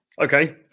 Okay